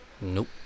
nope